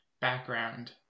background